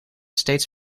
steeds